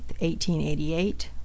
1888